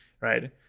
right